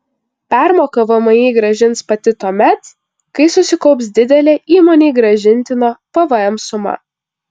permoką vmi grąžins pati tuomet kai susikaups didelė įmonei grąžintino pvm suma